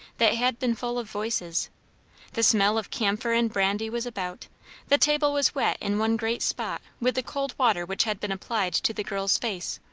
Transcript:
that had been full of voices the smell of camphor and brandy was about the table was wet in one great spot with the cold water which had been applied to the girl's face.